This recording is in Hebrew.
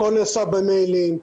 הכול נעשה במיילים,